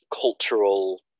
cultural